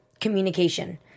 communication